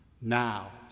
Now